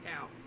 out